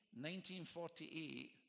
1948